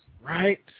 Right